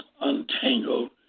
untangled